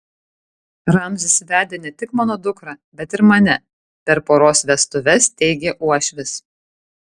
ramzis vedė ne tik mano dukrą bet ir mane per poros vestuves teigė uošvis